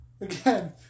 Again